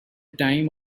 time